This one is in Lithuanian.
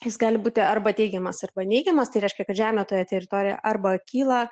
jis gali būti arba teigiamas arba neigiamas tai reiškia kad žemė toje teritorijoje arba kyla